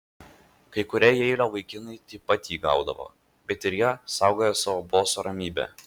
kai kurie jeilio vaikinai taip pat jį gaudavo bet ir jie saugojo savo boso ramybę